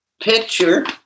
picture